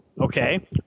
Okay